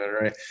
right